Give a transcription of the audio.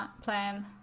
plan